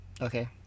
okay